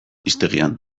hiztegian